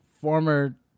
former